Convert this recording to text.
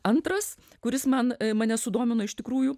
antras kuris man mane sudomino iš tikrųjų